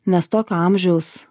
nes tokio amžiaus